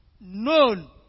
known